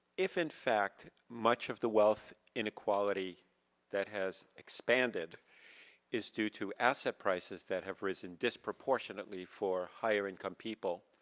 if in fact, much of the wealth in equality that has expanded is due to asset prices that have risen disproportionally for higher income people.